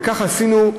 וכך עשינו.